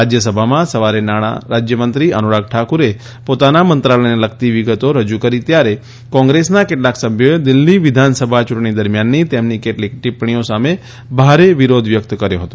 રાજ્યસભામાં સવારે નાણાં રાજ્યમંત્રી અનુરાગ ઠાકુરે પોતાના મંત્રાલયને લગતી વિગતો રજૂ કરી ત્યારે કોંગ્રેસના કેટલાક સભ્યોએ દિલ્ફી વિધાનસભા ચૂંટણી દરમિયાનની તેમની કેટલીક ટિપ્પણીઓ સામે ભારે વિરોધ વ્યક્ત કર્યો હતો